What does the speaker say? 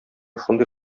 шундый